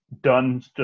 done